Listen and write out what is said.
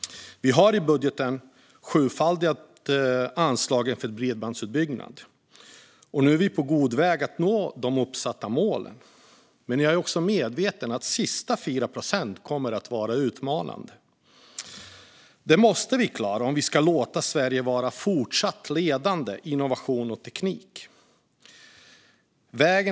Vi har i budgeten sjufaldigat anslaget för bredbandsutbyggnad, och nu är vi på god väg att nå de uppsatta målen. Men jag är också medveten om att de sista 4 procenten kommer att vara utmanande. Det måste vi klara om vi ska låta Sverige vara ledande även fortsättningsvis när det gäller innovation och teknik.